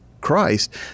Christ